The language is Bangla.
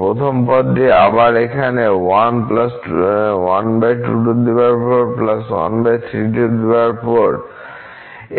প্রথম পদটি আবার এখানে